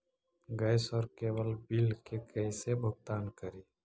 Gas और cable bill के कैसे भुगतान करी?